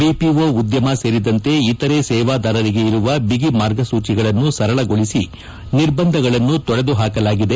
BPO ಉದ್ದಮ ಸೇರಿದಂತೆ ಇತರೆ ಸೇವಾದಾರರಿಗೆ ಇರುವ ಬಿಗಿ ಮಾರ್ಗಸೂಚಿಗಳನ್ನು ಸರಳಗೊಳಿಸಿ ನಿರ್ಬಂಧಗಳನ್ನು ತೊಡೆದುಹಾಕಲಾಗಿದೆ